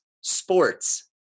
sports